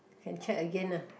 can check again uh